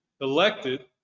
elected